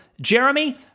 Jeremy